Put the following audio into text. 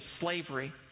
slavery